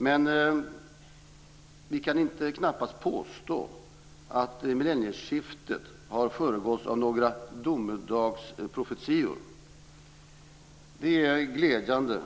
Men vi kan knappast påstå att millennieskiftet har föregåtts av några domedagsprofetior. Det är glädjande